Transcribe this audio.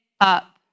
up